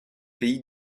pays